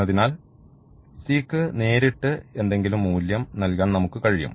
എന്നതിനാൽ c ക്ക് നേരിട്ട് എന്തെങ്കിലും മൂല്യം നൽകാൻ നമുക്ക് കഴിയും